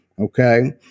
Okay